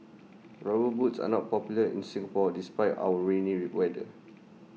rubber boots are not popular in Singapore despite our rainy weather